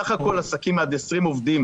עסקים עד 20 עובדים,